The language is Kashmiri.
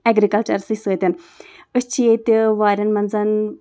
اٮ۪گرِکَلچَر سٕے سۭتۍ أسۍ چھِ ییٚتہِ وارٮ۪ن منٛزَن